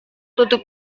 tutup